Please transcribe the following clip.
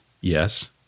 yes